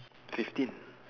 fifteen